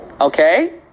Okay